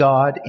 God